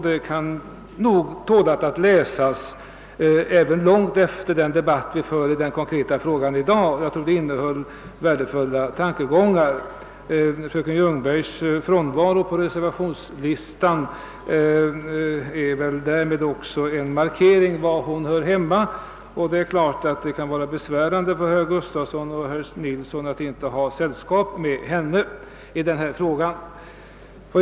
Det kan tåla att läsas även långt efter den debatt vi för i frågan i dag; det innehöll värdefulla tankegångar. Fröken Ljungbergs frånvaro på reservationslistan är väl en markering av var hon hör hemma. Det är klart att det kan vara besvärande för herr Gustafsson och herr Nilsson att inte ha sällskap med fröken Ljungberg i denna fråga.